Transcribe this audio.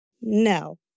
No